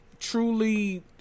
Truly